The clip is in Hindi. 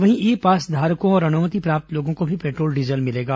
वहीं ई पासधारकों और अनुमति प्राप्त लोगों को भी पेट्रोल डीजल मिलेगा